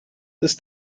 this